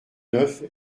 neuf